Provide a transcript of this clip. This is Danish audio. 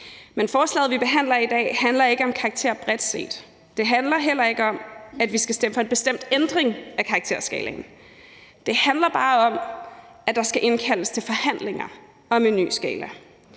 Men forslaget, vi behandler i dag, handler ikke om karakterer bredt set. Det handler heller ikke om, at vi skal stemme for en bestemt ændring af karakterskalaen. Det handler bare om, at der skal indkaldes til forhandlinger om en ny skala,